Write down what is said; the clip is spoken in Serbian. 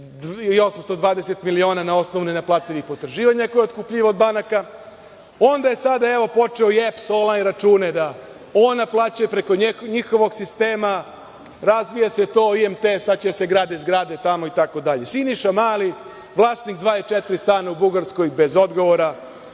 i 820 miliona na osnovu nenaplativih potraživanja koje je otkupljivao od banaka. Sada je počeo i EPS onlajn račune da naplaćuje preko njihovog sistema. Razvija se to, IMT, sad će da se grade zgrade tamo itd. Siniša Mali, vlasnik 24 stana u Bugarskoj, bez odgovora,